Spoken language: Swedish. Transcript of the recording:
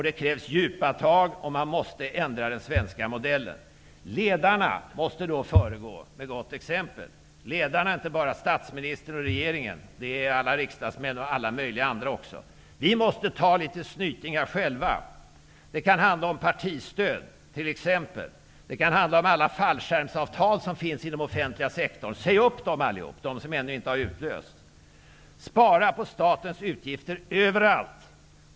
Det krävs djupa tag, och man måste ändra den svenska modellen. Ledarna måste då föregå med gott exempel. Ledare är inte bara statsministern och regeringen utan alla riksdagsmän och alla andra också. Vi måste ta lite snytingar själva. Det kan t.ex. handla om partistöd. Det kan handla om alla fallskärmsavtal, som finns inom den offentliga sektorn. Säg upp dem allihop, de som ännu inte har utlösts. Spara på statens utgifter överallt.